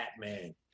Batman